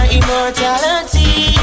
immortality